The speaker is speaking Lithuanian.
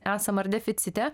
esam ar deficite